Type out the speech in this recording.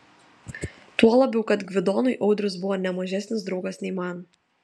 tuo labiau kad gvidonui audrius buvo ne mažesnis draugas nei man